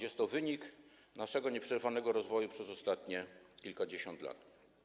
Jest to wynik naszego nieprzerwanego rozwoju przez ostatnie kilkadziesiąt lat.